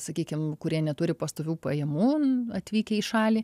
sakykim kurie neturi pastovių pajamų atvykę į šalį